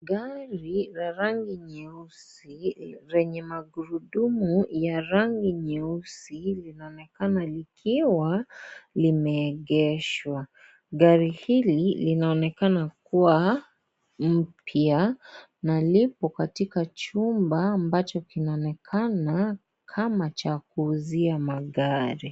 Gari la rangi nyeusi lenye magurudumu ya rangi nyeusi linaonekana likiwa limeegeshwa. Gari hili linaonekana kuwa mpya na lipo katika chumba ambacho kinaonekana kama cha kuuzia magari.